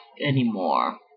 anymore